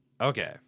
Okay